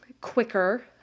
quicker